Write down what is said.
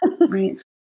right